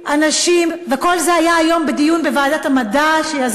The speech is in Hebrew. וכל זה היה היום בדיון בוועדת המדע והטכנולוגיה,